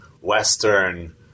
Western